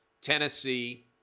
Tennessee